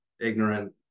ignorant